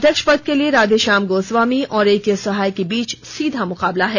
अध्यक्ष पद के लिए राधेश्याम गोस्वामी और एके सहाय के बीच सीधा मुकाबला है